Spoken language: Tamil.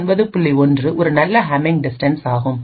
1 ஒரு நல்ல ஹமிங் டிஸ்டன்ஸ் ஆகும்